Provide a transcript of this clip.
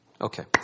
Okay